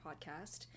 podcast